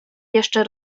jeszcze